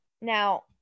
Now